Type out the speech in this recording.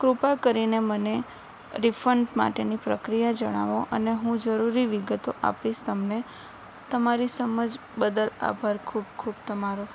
કૃપા કરીને મને રિફંડ માટેની પ્રક્રિયા જણાવો અને હું જરૂરી વિગતો આપીશ તમને તમારી સમજ બદલ આભાર ખૂબ ખૂબ તમારો